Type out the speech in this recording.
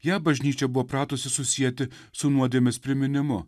ją bažnyčia buvo pratusi susieti su nuodėmės priminimu